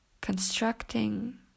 constructing